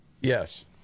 Yes